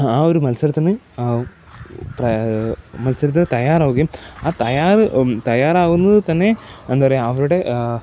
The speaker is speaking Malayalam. ആ ഒരു മത്സരത്തിന് മത്സരത്തിന് തയ്യാറാവുകയും ആ തയ്യാറാവുന്നത് തന്നെ എന്താ പറയുക അവരുടെ